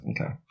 Okay